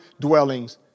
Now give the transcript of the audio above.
dwellings